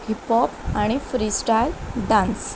hip hop आनी freestyle dance